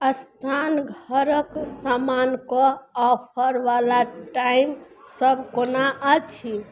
स्नानघरक सामानके ऑफरवला टाइम सब कोन अछि